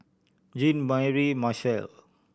Jean Mary Marshall